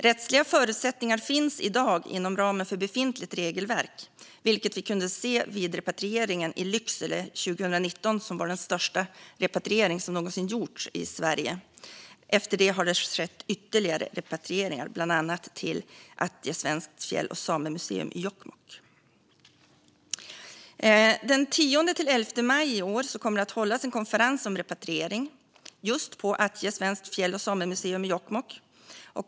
Rättsliga förutsättningar finns i dag inom ramen för befintligt regelverk, vilket vi kunde se vid repatrieringen i Lycksele 2019, som var den största repatriering som någonsin gjorts i Sverige. Efter det har det skett ytterligare repatrieringar, bland annat till Ájtte, det svenska fjäll och samemuseet i Jokkmokk. Den 10-11 maj i år kommer det att hållas en konferens om repatriering just på det svenska fjäll och samemuseet Ájtte i Jokkmokk.